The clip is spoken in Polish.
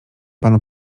panu